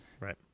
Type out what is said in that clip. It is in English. right